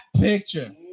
picture